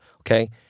okay